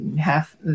half